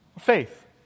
Faith